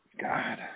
God